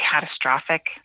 catastrophic